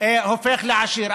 הופך לעשיר?